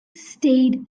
stayed